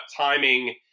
timing